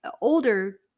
older